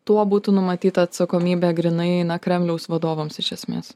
tuo būtų numatyta atsakomybė grynai eina kremliaus vadovams iš esmės